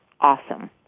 awesome